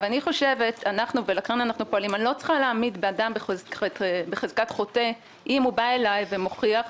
אני חושבת שאני לא צריכה להעמיד אדם בחזקת חוטא אם הוא בא אליי ומוכיח.